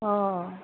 অঁ